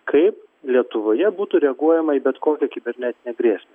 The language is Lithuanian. kaip lietuvoje būtų reaguojama į bet kokią kibernetinę grėsmę